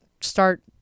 start